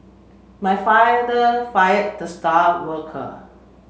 my father fired the star worker